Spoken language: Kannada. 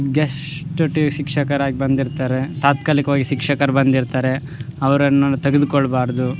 ಗೇಸ್ಟ್ ಟೂ ಶಿಕ್ಷಕರಾಗಿ ಬಂದಿರ್ತಾರೆ ತಾತ್ಕಾಲಿಕವಾಗಿ ಶಿಕ್ಷಕರು ಬಂದಿರ್ತಾರೆ ಅವರನ್ನು ತೆಗದ್ಕೊಳ್ಬಾರದು